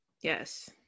yes